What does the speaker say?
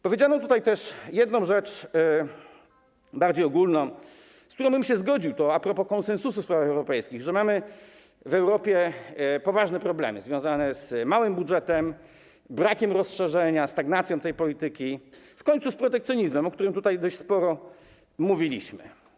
Powiedziano tutaj też o jednej sprawie bardziej ogólnej, z którą bym się zgodził - to a propos konsensusu w sprawach europejskich - że mamy w Europie poważne problemy związane z małym budżetem, z brakiem rozszerzenia, ze stagnacją tej polityki, w końcu z protekcjonizmem, o którym tutaj dość sporo mówiliśmy.